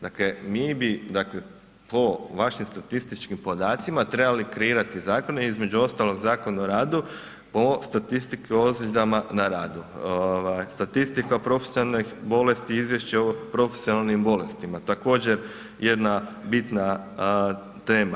Dakle, mi bi po vašim statističkim podacima trebali kreirati zakone između ostalog Zakon o radu po statistiki o ozljedama na radu, ovaj statistika profesionalnih bolesti profesionalnih bolesti, izvješće o profesionalnim bolestima, također jedna bitna tema.